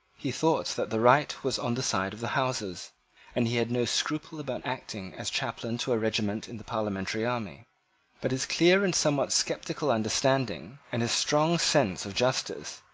he thought that the right was on the side of the houses and he had no scruple about acting as chaplain to a regiment in the parliamentary army but his clear and somewhat sceptical understanding, and his strong sense of justice,